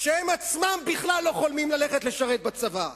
שהם עצמם בכלל לא חולמים ללכת לשרת בצבא.